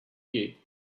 you